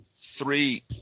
three